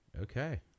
Okay